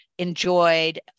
enjoyed